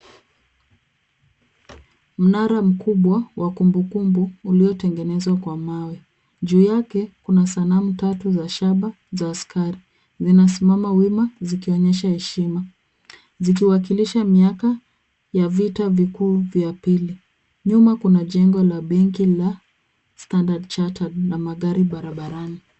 Mnara mkubwa wa kumbukumbu uliotengenezwa kwa mawe. Juu yake kuna sanamu tatu za shaba za askari. Zinasimama wima zikionyesha heshima, zikiwakilisha miaka ya vitaa vikuu vya pili. Nyuma kuna jengo la benki la Standard Chartered na magari barabarani.